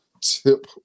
tip